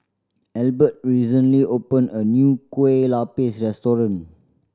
Albert recently opene a new Kueh Lapis restaurant